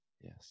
Yes